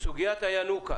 סוגיית הינוקא